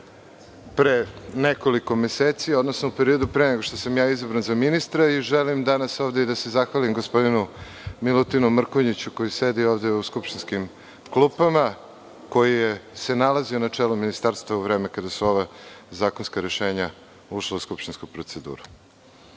pre nekoliko meseci, odnosno u periodu pre nego što sam izabran za ministra i želim danas ovde da se zahvalim gospodinu Milutinu Mrkonjiću koji sedi ovde u skupštinskim klupama, koji se nalazio na čelu ministarstva u vreme kada su ova zakonska rešenja ušla u skupštinsku proceduru. Prvi